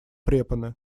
препоны